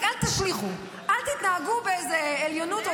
רק אל תשליכו, אל תתנהגו באיזו עליונות.